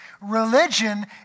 Religion